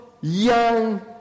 young